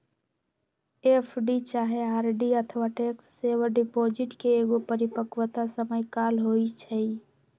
FD चाहे RD अथवा tax saver deposit के एगो परिपक्वता समय काल होइ छइ